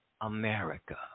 America